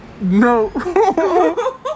no